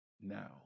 now